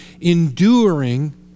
enduring